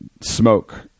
smoke